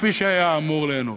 כפי שהיה אמור ליהנות,